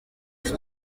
giti